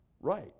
right